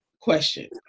question